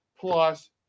plus